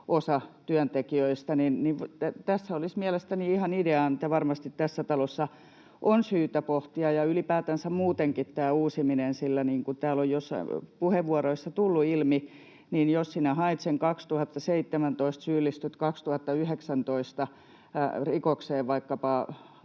osa työntekijöistä, tässä olisi mielestäni ihan ideaa, mitä varmasti tässä talossa on syytä pohtia, ja ylipäätänsä muutenkin tätä uusimista: niin kuin täällä on joissain puheenvuoroissa tullut ilmi, niin jos sinä haet sen vuonna 2017 ja syyllistyt vuonna 2019 rikokseen, vaikkapa